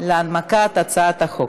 להנמקת הצעת החוק.